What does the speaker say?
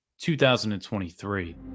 2023